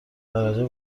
درجه